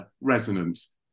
resonance